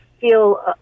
feel